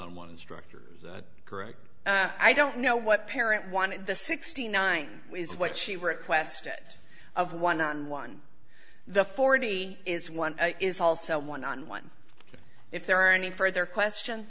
on one instructor i don't know what parent wanted the sixty nine is what she requested of one on one the forty is one is also one on one if there are any further question